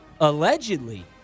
allegedly